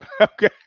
Okay